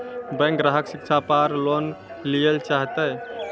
Bank ग्राहक शिक्षा पार लोन लियेल चाहे ते?